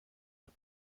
but